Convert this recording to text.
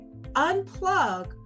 unplug